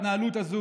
ההתנהלות הזאת,